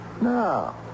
No